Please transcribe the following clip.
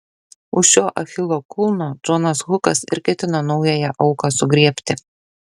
už šio achilo kulno džonas hukas ir ketino naująją auką sugriebti